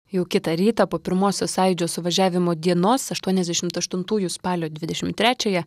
jau kitą rytą po pirmosios sąjūdžio suvažiavimo dienos aštuoniasdešimt aštuntųjų spalio dvidešimt trečiąją